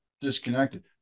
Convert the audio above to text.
disconnected